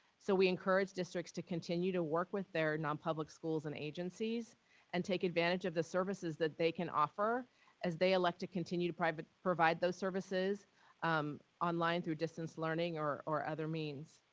so, we encourage districts to continue to work with their non-public schools and agencies and take advantage of the services that they can offer as they elect to continue to provide but provide those services um online through distance learning or or other means.